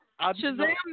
Shazam